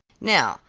now,